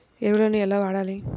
ఎరువులను ఎలా వాడాలి?